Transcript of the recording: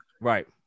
right